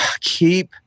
keep